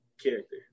character